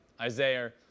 Isaiah